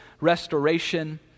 restoration